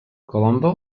colombo